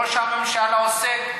ראש הממשלה עושה,